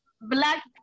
black